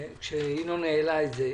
כשינון העלה את זה,